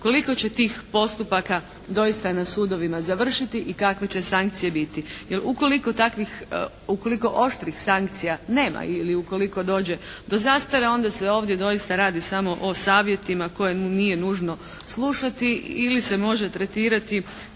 koliko će tih postupaka doista na sudovima završiti i kakve će sankcije biti. Jer ukoliko oštrih sankcija nema ili ukoliko dođe do zastare onda se ovdje doista radi samo o savjetima koje mu nije nužno slušati ili se može tretirati